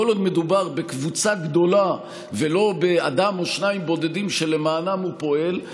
כל עוד מדובר בקבוצה גדולה ולא באדם או שניים בודדים שלמענם הוא פועל,